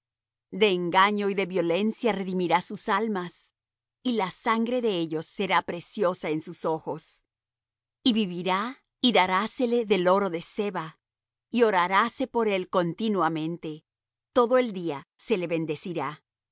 de engaño y de violencia redimirá sus almas y la sangre de ellos será preciosa en sus ojos y vivirá y darásele del oro de seba y oraráse por él continuamente todo el día se le bendecirá será